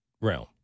realm